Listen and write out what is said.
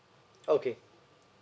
okay